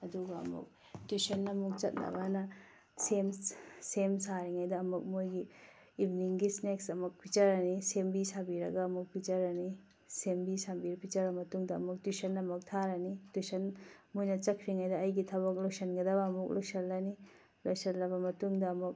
ꯑꯗꯨꯒ ꯑꯃꯨꯛ ꯇꯨꯏꯁꯟ ꯑꯃꯨꯛ ꯆꯠꯅꯕ ꯍꯥꯏꯅ ꯁꯦꯝ ꯁꯥꯔꯤꯉꯩꯗ ꯑꯃꯨꯛ ꯃꯣꯏꯒꯤ ꯏꯕꯤꯅꯤꯡꯒꯤ ꯁ꯭ꯅꯦꯛꯁ ꯑꯃꯨꯛ ꯄꯤꯖꯔꯅꯤ ꯁꯦꯝꯕꯤ ꯁꯥꯕꯤꯔꯒ ꯑꯃꯨꯛ ꯄꯤꯖꯔꯅꯤ ꯁꯦꯝꯕꯤ ꯁꯥꯕꯤꯔ ꯄꯤꯖꯔ ꯃꯇꯨꯡꯗ ꯑꯃꯨꯛ ꯇꯨꯏꯁꯟ ꯑꯃꯨꯛ ꯊꯥꯔꯅꯤ ꯇꯨꯏꯁꯟ ꯃꯣꯏꯅ ꯆꯠꯈ꯭ꯔꯤꯉꯩꯗ ꯑꯩꯒꯤ ꯊꯕꯛ ꯂꯣꯏꯁꯟꯒꯗꯕ ꯑꯃꯨꯛ ꯂꯣꯏꯁꯜꯂꯅꯤ ꯂꯣꯏꯁꯜꯂꯕ ꯃꯇꯨꯡꯗ ꯑꯃꯨꯛ